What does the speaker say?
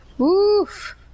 Oof